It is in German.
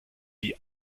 die